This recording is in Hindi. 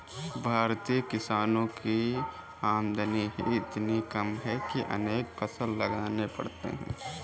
भारतीय किसानों की आमदनी ही इतनी कम है कि अनेक फसल लगाने पड़ते हैं